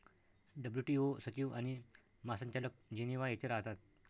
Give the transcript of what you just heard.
WTO सचिव आणि महासंचालक जिनिव्हा येथे राहतात